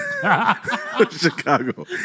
Chicago